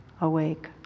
awake